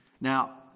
Now